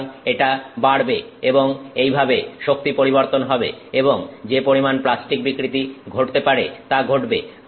সুতরাং এটা বাড়বে এবং এইভাবে শক্তি পরিবর্তন হবে এবং যে পরিমাণ প্লাস্টিক বিকৃতি ঘটতে পারে তা ঘটবে